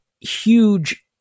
huge